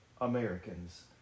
Americans